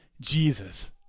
Jesus